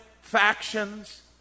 factions